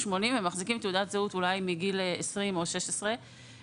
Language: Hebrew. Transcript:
80 ומחזיקים תעודת זהות מגיל 20 או 16 כאשר המשמעות